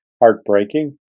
heartbreaking